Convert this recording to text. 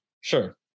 Sure